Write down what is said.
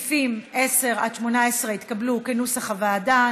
סעיף 10 18 התקבלו, כנוסח הוועדה.